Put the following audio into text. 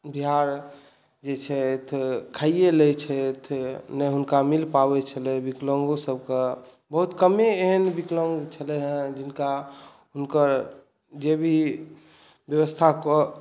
बिहार जे छथि खाइए लैत छथि नहि हुनका मिल पाबैत छलै विकलाङ्गो सभकेँ बहुत कमे एहन विकलाङ्ग छलै हेँ जिनका हुनकर जे भी व्यवस्थाके